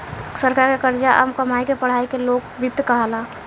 सरकार के खर्चा आ कमाई के पढ़ाई के लोक वित्त कहाला